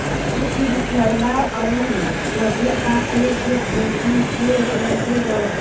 बहुत सी विसैला अउर नसे का पेड़ के खेती के लाइसेंस होला